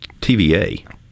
TVA